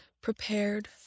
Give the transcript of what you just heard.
prepared